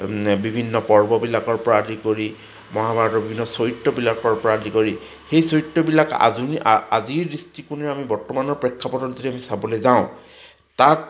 বিভিন্ন পৰ্ববিলাকৰ পৰা আদি কৰি মহাভাৰতৰ বিভিন্ন চৰিত্ৰবিলাকৰ পৰা আদি কৰি সেই চৰিত্ৰবিলাক আধুনি আজিৰ দৃষ্টিকোণে আমি বৰ্তমানৰ প্ৰেক্ষাপটত আমি যদি চাবলৈ যাওঁ তাত